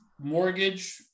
mortgage